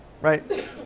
right